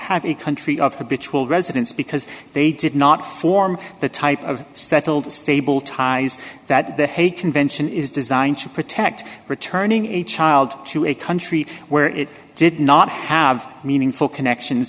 have a country of habitual residence because they did not form the type of settled stable ties that the hague convention is designed to protect returning a child to a country where it did not have meaningful connection